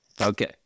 Okay